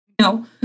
No